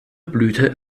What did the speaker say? blüte